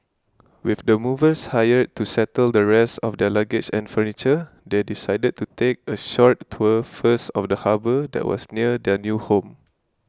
with the movers hired to settle the rest of luggages and furniture they decided to take a short tour first of the harbour that was near their new home